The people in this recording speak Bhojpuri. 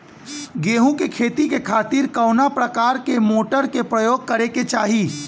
गेहूँ के खेती के खातिर कवना प्रकार के मोटर के प्रयोग करे के चाही?